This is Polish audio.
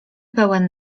pełen